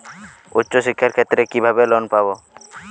উচ্চশিক্ষার ক্ষেত্রে কিভাবে লোন পাব?